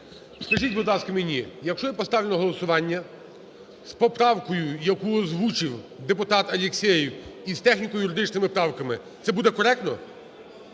Скажіть, будь ласка, мені, якщо я поставлю на голосування з поправкою, яку озвучив депутат Алексєєв, і з техніко-юридичними правками, це буде коректно?